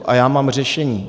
A já mám řešení.